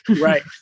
Right